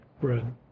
bread